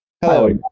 Hello